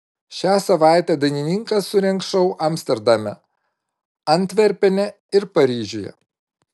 šią savaitę dainininkas surengs šou amsterdame antverpene ir paryžiuje